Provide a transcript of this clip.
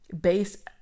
base